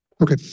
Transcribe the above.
Okay